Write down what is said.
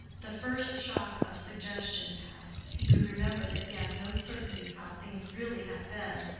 the first shock of suggestion past, he could remember that he had no certainty how things really had been,